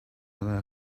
other